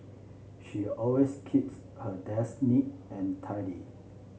she always keeps her desk neat and tidy